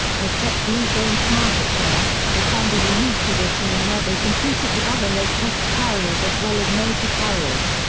as jetblue gained market share, they found a unique positioning where they competed with other low-cost carriers as well as major carriers.